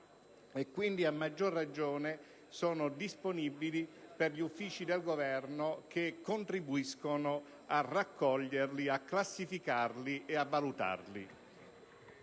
quindi, a maggior ragione, per gli uffici del Governo che contribuiscono a raccoglierli, classificarli e valutarli.